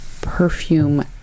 perfume